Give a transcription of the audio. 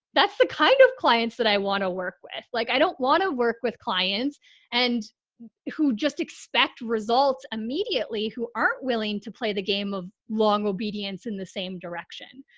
that's the kind of clients that i want to work with. like i don't want to work with clients and who just expect results immediately who aren't willing to play the game of long obedience in the same direction.